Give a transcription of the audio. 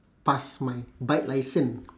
pass my bike license